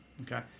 okay